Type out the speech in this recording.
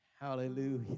Hallelujah